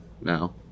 now